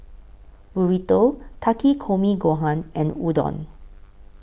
Burrito Takikomi Gohan and Udon